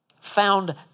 found